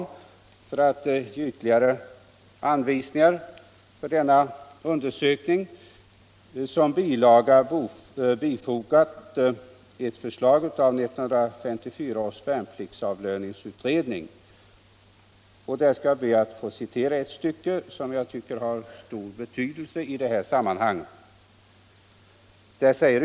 För att ge ytterligare anvisningar för undersökningen har departementschefen bilagt ett förslag av 1954 års värnpliktsavlöningsutredning, VAU. Jag skall be att få citera ett stycke ur det förslaget, som jag tycker har stor betydelse i detta sammanhang.